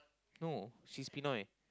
no she's Pinoy